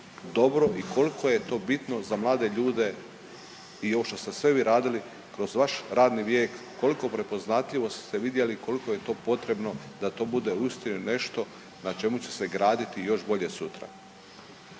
dobro i koliko je to bitno za mlade ljude i ovo što ste sve vi radili kroz vaš radni vijek, koliko prepoznatljivost ste vidjeli, koliko je to potrebno da to bude uistinu nešto na čemu će se graditi još bolje sutra.